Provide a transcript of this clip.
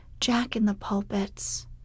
jack-in-the-pulpits